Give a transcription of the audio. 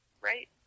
right